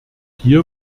hier